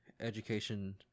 education